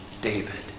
David